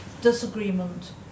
Disagreement